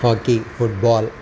hockey football